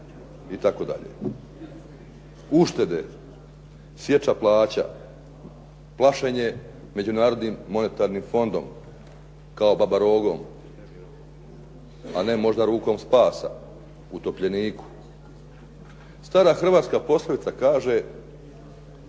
kamata itd. Uštede, sječa plaća, plašenje Međunarodnim monetarnim fondom kao baba rogom, a ne možda rukom spasa utopljeniku. Stara hrvatska poslovica kaže